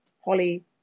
Holly